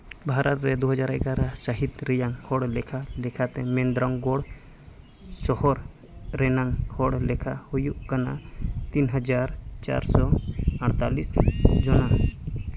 ᱵᱷᱟᱨᱚᱛ ᱨᱮ ᱫᱩ ᱦᱟᱡᱟᱨ ᱮᱜᱟᱨᱚ ᱥᱟᱹᱦᱤᱛ ᱨᱮᱭᱟᱝ ᱦᱚᱲ ᱞᱮᱠᱷᱟ ᱞᱮᱠᱟᱛᱮ ᱢᱮᱱᱫᱨᱟᱝᱜᱚᱲ ᱥᱚᱦᱚᱨ ᱨᱮᱱᱟᱝ ᱦᱚᱲ ᱞᱮᱠᱷᱟ ᱦᱩᱭᱩᱜ ᱠᱟᱱᱟ ᱛᱤᱱ ᱦᱟᱡᱟᱨ ᱪᱟᱨ ᱥᱚ ᱟᱴᱛᱟᱞᱞᱤᱥ ᱡᱚᱱᱟ